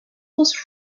was